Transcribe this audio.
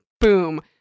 boom